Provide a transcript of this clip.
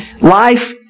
Life